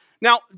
Now